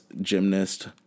gymnast